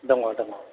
दङ दङ